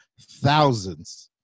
thousands